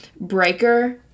Breaker